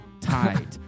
Tied